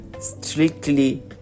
strictly